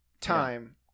time